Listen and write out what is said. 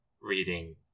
reading